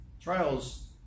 Trials